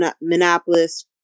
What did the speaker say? Minneapolis